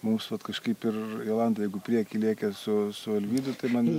mums vat kažkaip ir jolanta jeigu prieky lėkė su su arvydu tai man